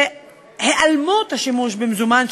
שהיעלמות השימוש במזומן,